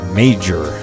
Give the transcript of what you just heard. major